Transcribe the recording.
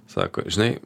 sako žinai